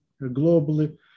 globally